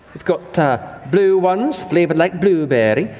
we've got blue ones, flavored like blueberry.